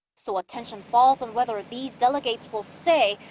so attention falls on whether these delegates will stay.